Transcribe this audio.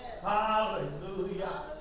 Hallelujah